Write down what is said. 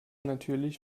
natürlich